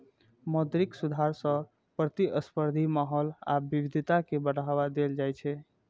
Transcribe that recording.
मौद्रिक सुधार सं प्रतिस्पर्धी माहौल आ विविधता कें बढ़ावा देल जाइ छै